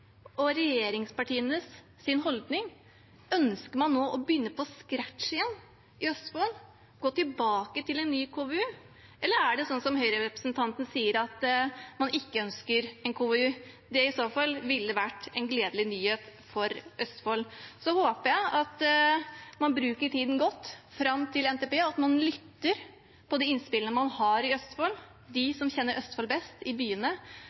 og regjeringspartienes holdning? Ønsker man nå å begynne på scratch igjen i Østfold og gå tilbake til en ny KVU, eller er det slik som Høyre-representanten sier, at man ikke ønsker en KVU? Det ville i så fall vært en gledelig nyhet for Østfold. Jeg håper at man bruker tiden godt fram til NTP, og at man lytter til de innspillene man har i Østfold, fra dem som kjenner Østfold best i byene.